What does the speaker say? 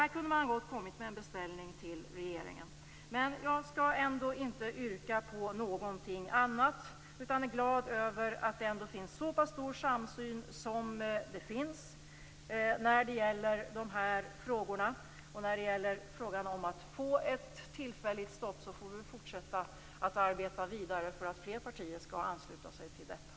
Här kunde man gott ha kommit med en beställning till regeringen. Jag skall ändå inte framställa något yrkande, utan jag är glad över att det finns så pass stor samsyn som är fallet när det gäller de här frågorna. Vad gäller frågan om att få till stånd ett tillfälligt stopp får vi väl fortsätta att arbeta för att fler partier skall ansluta sig till vår uppfattning.